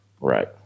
Right